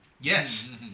Yes